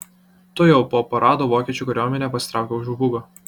tuojau po parado vokiečių kariuomenė pasitraukė už bugo